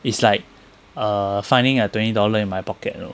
it's like err finding a twenty dollar in my pocket you know